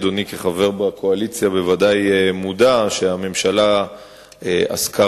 אדוני כחבר בקואליציה בוודאי מודע לכך שהממשלה עסקה